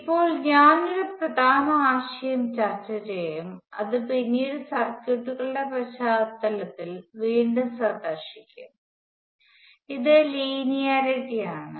ഇപ്പോൾ ഞാൻ ഒരു പ്രധാന ആശയം ചർച്ച ചെയ്യും അത് പിന്നീട് സർക്യൂട്ടുകളുടെ പശ്ചാത്തലത്തിൽ വീണ്ടും സന്ദർശിക്കും ഇത് ലിനിയാരിട്ടി ആണ്